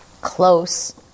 Close